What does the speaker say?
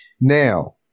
Now